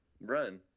run